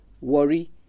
worry